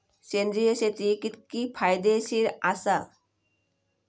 सेंद्रिय शेती कितकी फायदेशीर आसा?